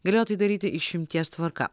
galėjo tai daryti išimties tvarka